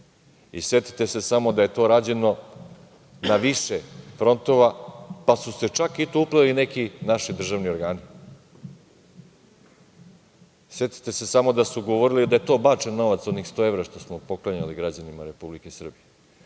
Setite se samo da je to rađeno na više frontova, pa su se čak i tu upleli neki naši državni organi. Setite se samo da su govorili da je to bačen novac, onih sto evra što smo poklanjali građanima Republike Srbije.